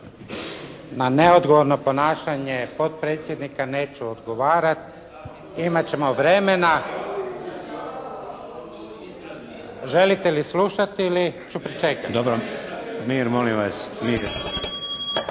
Ma neodgovorno ponašanje potpredsjednika neću odgovarati, imat ćemo vremena. Želite li slušati ili ću pričekati? **Šeks, Vladimir